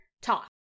TALK